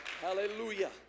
hallelujah